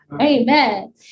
Amen